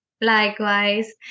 Likewise